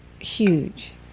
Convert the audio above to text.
huge